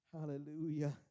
Hallelujah